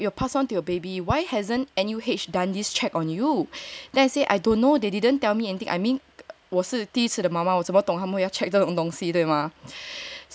ya he said you cannot give natural birth you will pass on to your baby why hasn't N_U_H done this check on you then I say I don't know they didn't tell me anything I mean 我是第一次的妈妈我那里懂要 check 这种东西对吗